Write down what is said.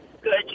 Good